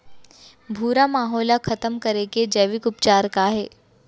भूरा माहो ला खतम करे के जैविक उपचार का हे?